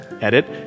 edit